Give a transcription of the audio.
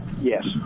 Yes